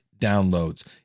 downloads